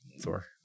Thor